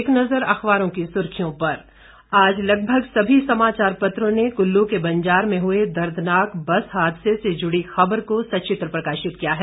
एक नज़र अखबारों की सुर्खियों पर आज लगभग सभी समाचार पत्रों ने कुल्लू के बंजार में हुए दर्दनाक बस हादसे से जुड़ी खबर को सचित्र प्रकाशित किया है